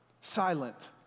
silent